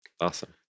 Awesome